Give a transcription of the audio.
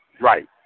right